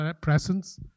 presence